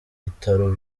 bitaro